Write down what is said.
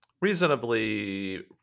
reasonably